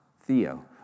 theo